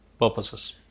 purposes